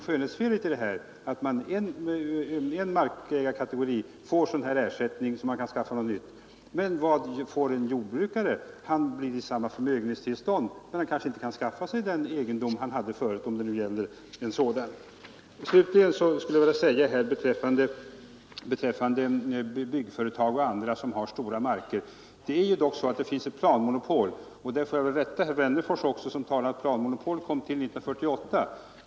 Skönhetsfelet med förslaget är just att en markägarkategori får sådan ersättning att man kan skaffa nytt, men inte en annan. Vad får en jordbrukare? Han förblir i samma förmögenhetstillstånd. Han kanske inte kan skaffa sig en egendom =<:Nr 143 motsvarande den han hade tidigare, om det nu gäller en sådan. Torsdagen den Slutligen skulle jag beträffande byggföretag och andra som har stora 14 december 1972 marker vilja säga att det dock finns ett planmonopol. På den punkten måste jag också rätta herr Wennerfors, som sade att planmonopolet kom till 1948.